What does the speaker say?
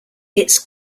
its